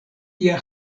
tia